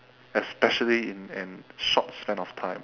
especially in an short span of time